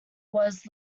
was